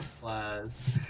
plus